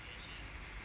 mm